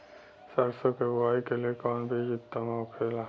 सरसो के बुआई के लिए कवन बिज उत्तम होखेला?